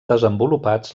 desenvolupats